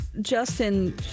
justin